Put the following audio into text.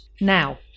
Now